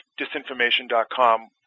disinformation.com